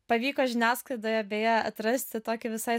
pavyko žiniasklaidoje beje atrasti tokį visai